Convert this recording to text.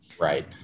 right